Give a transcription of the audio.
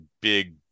big